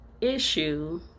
issue